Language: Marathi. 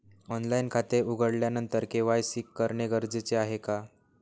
ऑनलाईन खाते उघडल्यानंतर के.वाय.सी करणे गरजेचे आहे का?